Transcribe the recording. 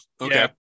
okay